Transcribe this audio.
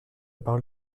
parole